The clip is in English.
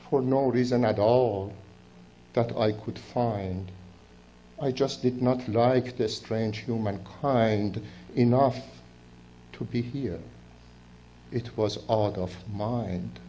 for no reason at all that i could find i just did not like this strange humankind enough to be here it was all out of mind